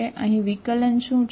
અહીં વિકલન શું છે